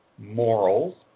morals